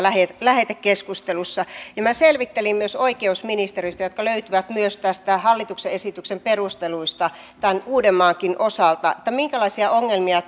lähetekeskustelussa minä selvittelin myös oikeusministeriöstä mikä asia löytyy myös hallituksen esityksen perusteluista tämän uudenmaankin osalta minkälaisia ongelmia